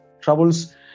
troubles